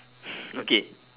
okay